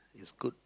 is good